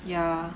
yeah